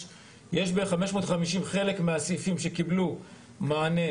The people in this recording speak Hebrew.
ב-550 חלק מהסעיפים שקיבלו מענה,